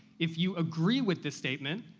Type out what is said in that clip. if you agree with this statement,